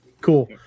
cool